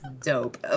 dope